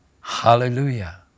Hallelujah